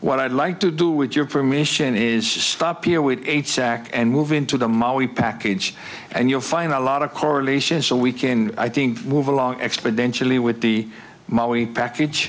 what i'd like to do with your permission is stop here with eight sack and move into the molly package and you'll find a lot of correlations so we can i think move along exponentially with the maui package